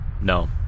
No